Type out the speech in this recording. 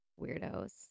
weirdos